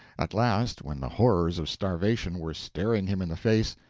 at last, when the horrors of starvation were staring him in the face,